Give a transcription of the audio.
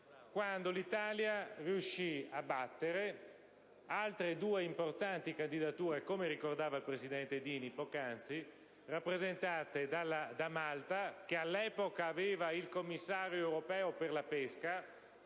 quando l'Italia riuscì a battere altre due importanti candidature, come ricordava il presidente Dini poc'anzi, rappresentate da Malta (che all'epoca aveva il Commissario europeo per la pesca,